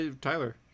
Tyler